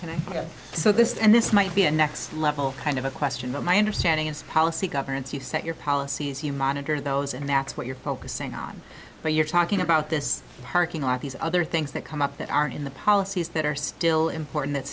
and so this and this might be a next level kind of a question but my understanding is policy governance you set your policies you monitor those and that's what you're focusing on but you're talking about this parking lot these other things that come up that aren't in the policies that are still important that